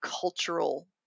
cultural